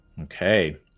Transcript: Okay